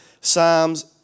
Psalms